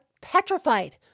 petrified